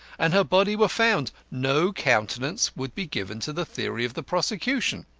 and her body were found, no countenance would be given to the theory of the prosecution,